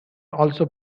also